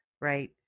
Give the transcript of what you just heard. right